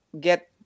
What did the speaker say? get